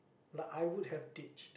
like I would have ditched